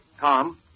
Tom